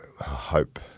hope